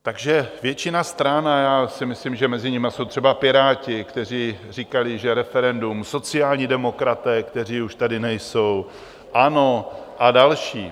Takže většina stran, a já si myslím, že mezi nimi jsou třeba Piráti, kteří říkali, že referendum, sociální demokraté, kteří už tady nejsou, ANO a další.